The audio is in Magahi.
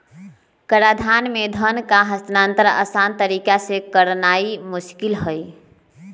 कराधान में धन का हस्तांतरण असान तरीका से करनाइ मोस्किल हइ